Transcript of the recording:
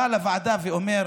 בא לוועדה ואומר: